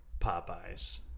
Popeye's